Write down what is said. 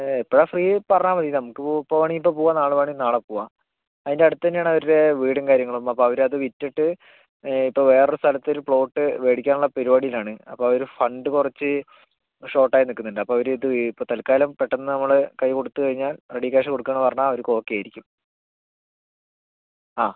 എപ്പോഴാണ് ഫ്രീ പറഞ്ഞാൽമതി നമുക്ക് ഇപ്പോൾ വേണമെങ്കിൽ ഇപ്പോൾ പോവാം നാളെ വേണെങ്കിൽ നാളെ പോവാം അതിൻ്റെ അടുത്ത് തന്നെയാണ് അവരുടെ വീടും കാര്യങ്ങളും അപ്പോൾ അവരത് വിറ്റിട്ട് ഇപ്പോൾ വേറൊരു സ്ഥലത്തൊരു പ്ലോട്ട് മേടിക്കാനുള്ള പരിപാടിയിലാണ് അപ്പോൾ അവരെ ഫണ്ട് കുറച്ച് ഷോർട്ടായി നിൽക്കുന്നുണ്ട് അപ്പോൾ അവർ ഇത് ഇപ്പോൾ തൽക്കാലം പെട്ടെന്ന് നമ്മൾ കൈ കൊടുത്തു കഴിഞ്ഞാൽ റെഡി ക്യാഷ് കൊടുക്കാമെന്നു പറഞ്ഞാൽ അവർക്ക് ഓക്കെയായിരിക്കും ആ